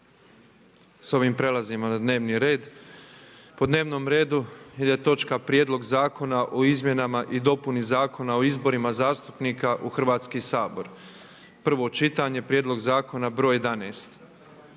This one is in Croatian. S ovim prelazimo na dnevni red. Po dnevnom redu ide točka - Prijedlog zakona o izmjenama i dopuni Zakona o izborima zastupnika u Hrvatski sabor, prvo čitanje, P.Z. br. 11.,